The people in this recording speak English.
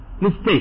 mistake